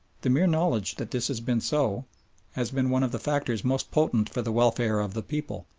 the mere knowledge that this has been so has been one of the factors most potent for the welfare of the people,